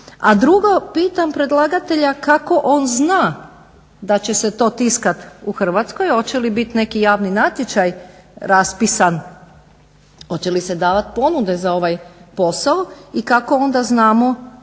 A drugo, pitam predlagatelja kako on zna da će se to tiskati u Hrvatskoj? Hoće li biti neki javni natječaj raspisan? Hoće li se davati ponuda za ovaj posao i kako onda znamo